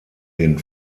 den